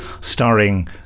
starring